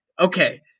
Okay